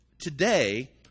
today